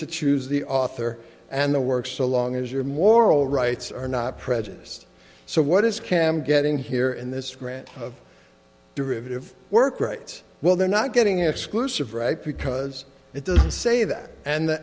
to choose the author and the work so long as your moral rights are not prejudiced so what is cam getting here and this grant of derivative work rights well they're not getting exclusive right because it doesn't say that and